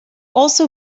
also